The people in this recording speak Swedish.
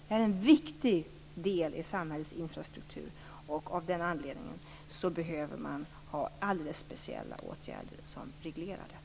Det är en viktig del av samhällets infrastruktur, och av den anledningen behövs det alldeles speciella åtgärder för att reglera detta.